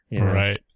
Right